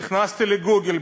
נכנסתי לגוגל,